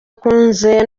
akunda